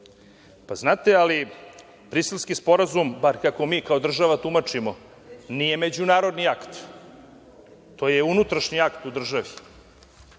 sporazuma. Briselski sporazum, bar kako mi kao država tumačimo, nije međunarodni akt. To je unutrašnji akt u državi.